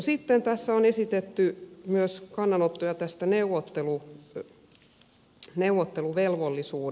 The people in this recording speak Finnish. sitten tässä on esitetty myös kannanottoja tästä neuvotteluvelvollisuudesta